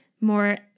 more